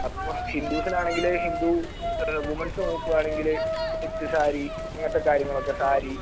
അപ്പോൾ ഹിന്ദുസിനാണെങ്കിൽ ഹിന്ദു വുമൺസ് നോക്കുകയാണെങ്കിൽ സെറ്റ് സാരി അങ്ങനത്തെ കാര്യങ്ങളൊക്കെ സാരി